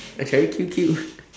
ah cherry Q_Q